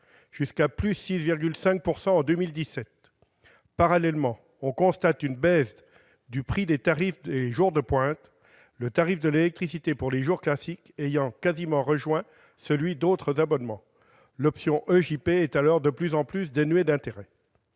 a été de 6,5 %. Parallèlement, on constate une baisse du prix des tarifs les « jours de pointe ». Le tarif de l'électricité pour les « jours classiques » ayant quasiment rejoint celui d'autres abonnements, l'option EJP est de plus en plus dénuée d'intérêt.